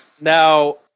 now